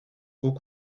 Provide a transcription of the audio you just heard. haut